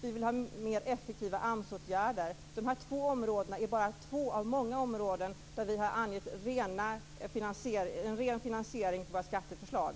Vi vill ha mer effektiva AMS-åtgärder. Detta är bara två av många områden där vi har angett en ren finansiering för våra skatteförslag.